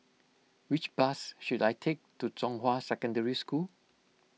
which bus should I take to Zhonghua Secondary School